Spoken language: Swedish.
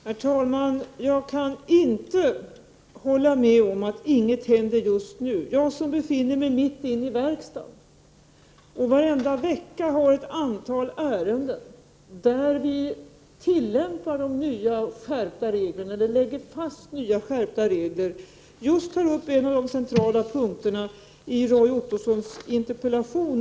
Herr talman! Jag kan inte hålla med om att inget händer just nu. Jag befinner mig ju mitt i verkstaden och har varje vecka att göra med ett antal ärenden där regeringen lägger fast nya, skärpta regler. Vi tar då upp just en av de centrala punkterna i Roy Ottossons interpellation.